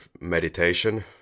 meditation